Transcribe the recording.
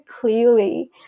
clearly